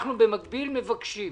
במקביל אנחנו מבקשים